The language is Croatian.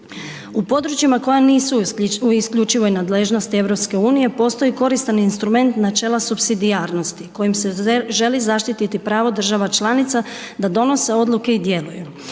U područjima koja nisu u isključivoj nadležnosti EU postoji koristan instrument načela supsidijarnosti kojim se želi zaštiti pravo država članica da donose odluke i djeluju.